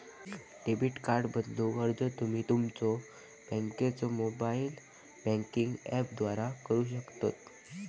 debit card बदलूक अर्ज तुम्ही तुमच्यो बँकेच्यो मोबाइल बँकिंग ऍपद्वारा करू शकता